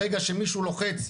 ברגע שמישהו לוחץ,